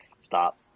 Stop